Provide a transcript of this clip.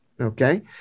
Okay